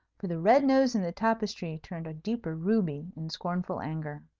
for the red nose in the tapestry turned a deeper ruby in scornful anger.